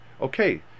Okay